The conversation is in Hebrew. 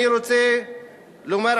אני רוצה לומר,